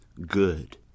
good